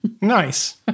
Nice